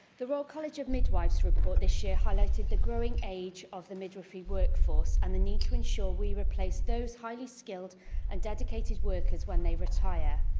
the royal college of midwives report this year highlighted the growing age of the midwifery workforce and the need to ensure we replace those highly skilled and dedicated workers when they retire.